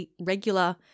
regular